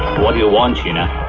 what do you want, sheena?